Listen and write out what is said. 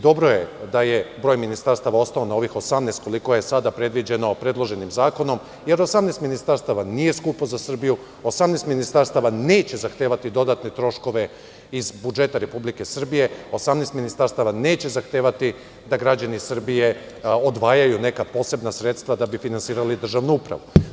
Dobro je da je broj ministarstava ostao na ovih 18 koliko je sada predviđeno predloženim zakonom, jer 18 ministarstava nije skupo za Srbiju, 18 ministarstava neće zahtevati dodatne troškove iz budžeta Republike Srbije, 18 ministarstava neće zahtevati da građani Srbije odvajaju neka posebna sredstva da bi finansirali državnu upravu.